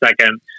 second